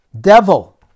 Devil